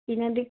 ਕੀ ਕਹਿੰਦੀ